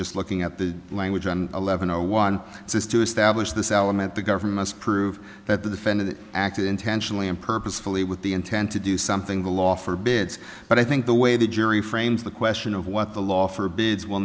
just looking at the language and eleven no one is to establish this element the government's prove that the defendant acted intentionally and purposefully with the intent to do something the law forbids but i think the way the jury frames the question of what the law forbids will